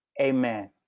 Amen